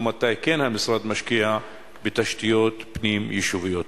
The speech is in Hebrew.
ומתי כן המשרד משקיע בתשתיות פנים-יישוביות?